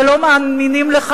ולא מאמינים לך,